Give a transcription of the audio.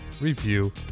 review